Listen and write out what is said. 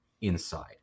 inside